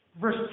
verse